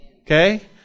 okay